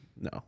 No